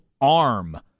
arm